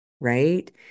right